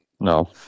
No